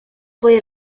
ble